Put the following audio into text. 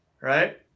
right